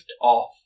off